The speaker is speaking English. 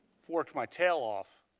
worked my tail off.